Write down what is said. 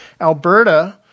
Alberta